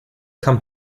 come